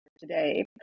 today